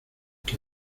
que